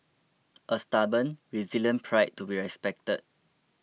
a stubborn resilient pride to be respected